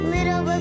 Little